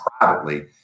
privately